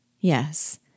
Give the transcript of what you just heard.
Yes